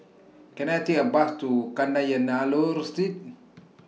Can I Take A Bus to Kadayanallur Street